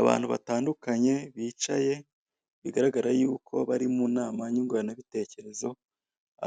Abantu batandukanye bicaye bigaragara yuko bari mu nama nyunguranabitekerezo,